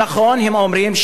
כל השכונות האלה,